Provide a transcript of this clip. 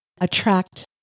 attract